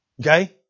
okay